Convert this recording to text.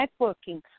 networking